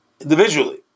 individually